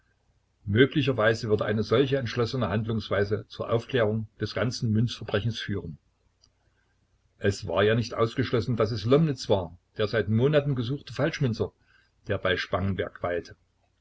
möglicherweise würde eine solche entschlossene handlungsweise zur aufklärung des ganzen münzverbrechens führen es war ja nicht ausgeschlossen daß es lomnitz war der seit monaten gesuchte falschmünzer der bei spangenberg weilte